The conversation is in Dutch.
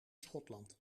schotland